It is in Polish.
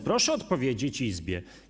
Proszę odpowiedzieć Izbie.